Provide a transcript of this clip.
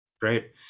Great